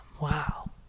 wow